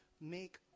make